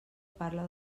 parla